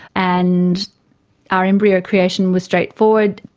and our embryo creation was straightforward.